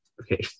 Okay